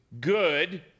good